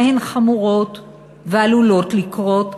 והן חמורות ועלולות לקרות,